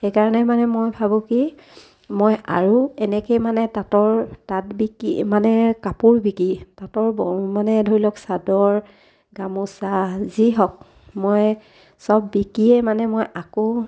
সেইকাৰণে মানে মই ভাবোঁ কি মই আৰু এনেকৈয়ে মানে তাঁতৰ তাঁত বিকি মানে কাপোৰ বিকি তাঁতৰ ব মানে ধৰি লওক চাদৰ গামোচা যি হওক মই চব বিকিয়ে মানে মই আকৌ